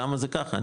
למה זה ככה,